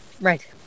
Right